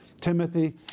Timothy